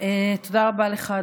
תודה רבה לך,